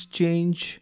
change